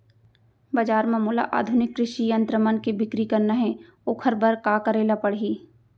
बजार म मोला आधुनिक कृषि यंत्र मन के बिक्री करना हे ओखर बर का करे ल पड़ही?